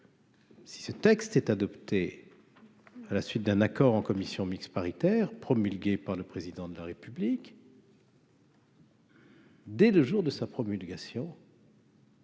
Si ce texte est adopté à la suite d'un accord en commission mixte paritaire promulguée par le président de la République. Dès le jour de sa promulgation.